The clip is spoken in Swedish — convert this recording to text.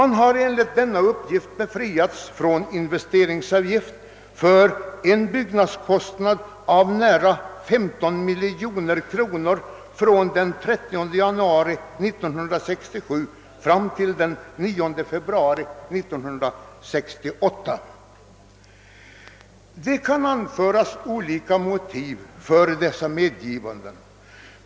De har enligt denna uppgift befriats från investeringsavgift för en byggnadskostnad av nära 15 miljoner kronor fram till den 9 februari 1968. Det kan anföras olika motiv för dessa medgivanden.